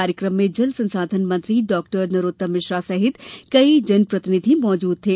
कार्यक्रम में जल संसाधन मंत्री नरोत्तम मिश्रा सहित कई जनप्रतिनिधि मौजूद थे